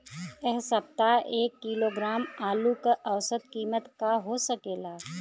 एह सप्ताह एक किलोग्राम आलू क औसत कीमत का हो सकेला?